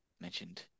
mentioned